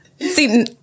See